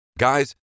Guys